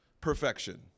perfection